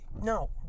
No